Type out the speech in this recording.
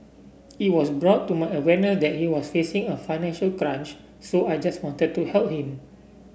it was brought to my awareness that he was facing a financial crunch so I just wanted to help him